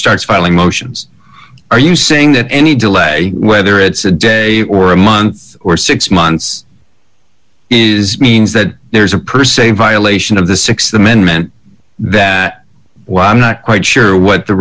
starts filing motions are you saying that any delay whether it's a day or a month or six months is means that there's a perceived violation of the th amendment that well i'm not quite sure what the